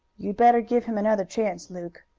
you'd better give him another chance, luke.